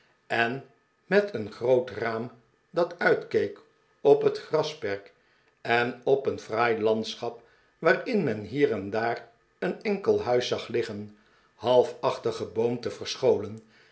en met een groot raam dat uitkeek op het grasperk en op een fraai landschap waarin men hier en daar een enkel huis zag liggen half achter geboomte verscholen